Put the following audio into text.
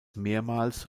mehrmals